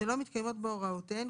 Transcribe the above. שלא מתקיימות בו הוראותיהן,